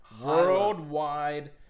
worldwide